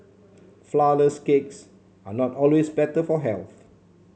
flourless cakes are not always better for health